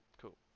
Cool